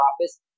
office